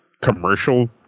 commercial